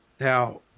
Now